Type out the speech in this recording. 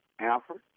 Alfred